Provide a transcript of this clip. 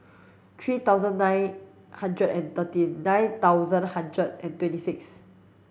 three thousand nine hundred and thirteen nine thousand hundred and twenty six